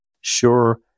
Sure